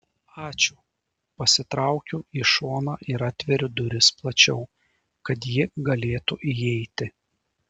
ačiū pasitraukiu į šoną ir atveriu duris plačiau kad ji galėtų įeiti